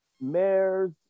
mayors